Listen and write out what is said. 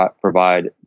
provide